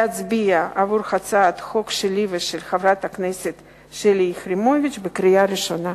להצביע עבור הצעת החוק שלי ושל חברת הכנסת שלי יחימוביץ בקריאה ראשונה.